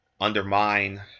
undermine